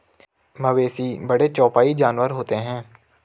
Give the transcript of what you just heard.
मवेशी बड़े चौपाई जानवर होते हैं